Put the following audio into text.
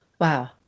Wow